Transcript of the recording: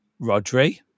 Rodri